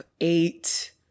eight